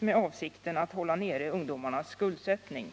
i avsikten att hålla nere ungdomarnas skuldsättning.